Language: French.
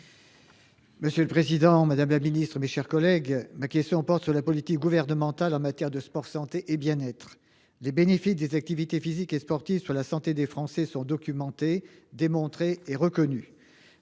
et Paralympiques. Madame la secrétaire d'État, ma question porte sur la politique gouvernementale en matière de sport-santé et bien-être. Les bénéfices des activités physiques et sportives (APS) sur la santé des Français sont documentés, démontrés et reconnus.